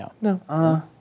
No